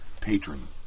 patron